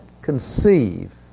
conceive